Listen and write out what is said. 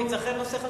אכן נושא חשוב.